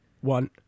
one